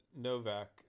Novak